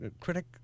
critic